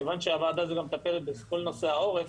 כיוון שהוועדה הזו גם מטפלת בכל נושא העורף,